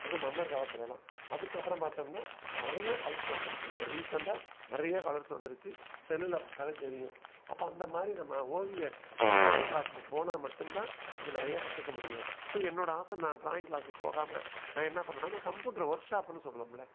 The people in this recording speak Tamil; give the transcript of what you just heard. அது மன்னர் காலத்துலெல்லாம் அதுக்கப்புறம் பார்த்தம்னா நிறைய கலர்ஸ் வந்துருச்சு இப்போ ரீசண்டாக நிறைய கலர்ஸ் வந்துருச்சு செல்லில் பார்த்தாலே தெரியும் அப்போ அந்த மாதிரி நம்ம ஓவிய அந்த ட்ராயிங் க்ளாஸுக்கு போனால் மட்டும்தான் நம்ம நிறைய கற்றுக்க முடியும் ஸோ என்னோடய ஆசை நான் ட்ராயிங் க்ளாஸுக்கு போகாமல் நான் என்ன பண்ணன்னால் இந்த கம்ப்யூட்ரு ஒர்க் ஷாப்புன்னு சொல்லுவோம்லே